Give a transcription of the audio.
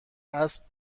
اسب